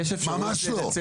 ממש לא.